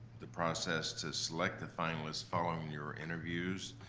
the process to select the finalists following your interviews,